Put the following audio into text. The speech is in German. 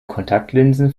kontaktlinsen